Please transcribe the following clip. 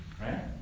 Right